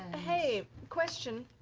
ah hey, question.